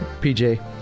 PJ